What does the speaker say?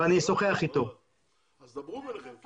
אז דברו בניכם.